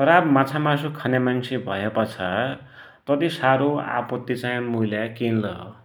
र आब माछामासु खन्या मान्सु भयापाछा तति साह्रो आपत्ति चाहि मुइलाई केन हौ ।